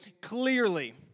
clearly